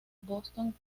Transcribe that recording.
boston